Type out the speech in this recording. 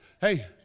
hey